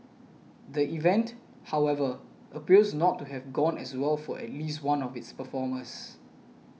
the event however appears to not have gone as well for at least one of its performers